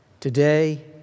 Today